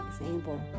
example